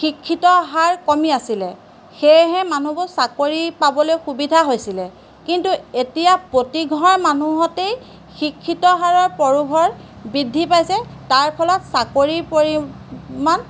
শিক্ষিতৰ হাৰ কমি আছিলে সেয়েহে মানুহবোৰ চাকৰি পাবলৈ সুবিধা হৈছিলে কিন্তু এতিয়া প্ৰতিঘৰ মানুহতেই শিক্ষিত হাৰৰ পয়োভৰ বৃদ্ধি পাইছে তাৰ ফলত চাকৰিৰ পৰিমান